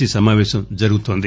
C సమాపేశం జరుగుతోంది